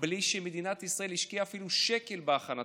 בלי שמדינת ישראל השקיעה אפילו שקל בהכנתם.